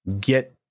get